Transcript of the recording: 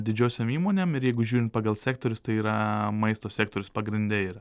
didžiosiom įmonėm ir jeigu žiūrint pagal sektorius tai yra maisto sektorius pagrinde yra